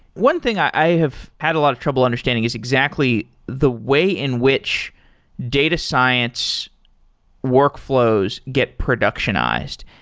one thing i have had a lot of trouble understanding is exactly the way in which data science workflows get productionized.